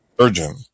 surgeon